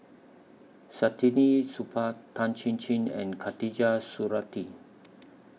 Saktiandi Supaat Tan Chin Chin and Khatijah Surattee